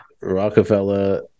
Rockefeller